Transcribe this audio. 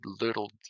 little